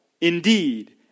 indeed